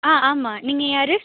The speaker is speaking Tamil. ஆ ஆமாம் நீங்கள் யார்